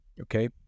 okay